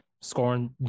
scoring